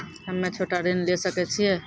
हम्मे छोटा ऋण लिये सकय छियै?